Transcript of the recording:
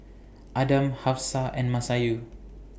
Adam Hafsa and Masayu